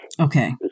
Okay